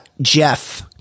jeff